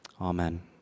Amen